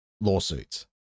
lawsuits